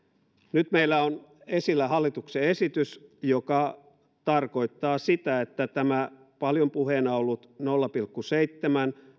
nyt meillä on esillä hallituksen esitys joka tarkoittaa sitä että tämä paljon puheena ollut nolla pilkku seitsemän